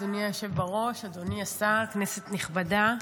אדוני היושב בראש, אדוני השר, כנסת נכבדה,